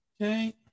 Okay